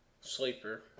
Sleeper